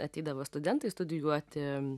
ateidavo studentai studijuoti